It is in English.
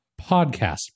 podcast